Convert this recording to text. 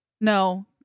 No